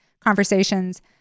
conversations